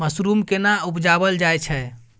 Mushroom केना उबजाबल जाय छै?